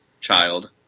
child